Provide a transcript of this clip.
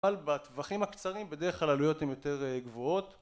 בטווחים הקצרים בדרך כלל עלויות הן יותר גבוהות